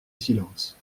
silence